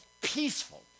peaceful